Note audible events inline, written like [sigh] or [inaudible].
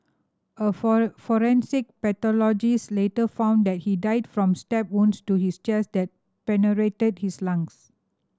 a [unintelligible] forensic pathologist later found that he died from stab wounds to his chest that penetrated his lungs